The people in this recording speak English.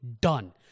Done